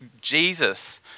Jesus